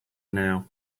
now